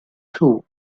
too